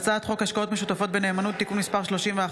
הצעת חוק השקעות משותפות בנאמנות (תיקון מס' 31),